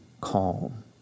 calm